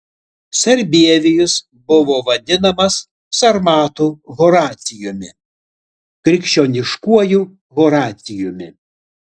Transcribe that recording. sarbievijus buvo vadinamas sarmatų horacijumi krikščioniškuoju horacijumi